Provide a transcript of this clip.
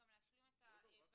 תן לי להשלים את הדברים.